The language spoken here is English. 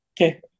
Okay